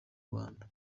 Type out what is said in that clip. rwanda